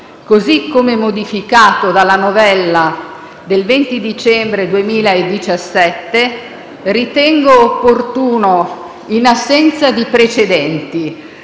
così come modificato dalla novella del 20 dicembre 2017, ritengo opportuno, in assenza di precedenti